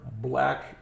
black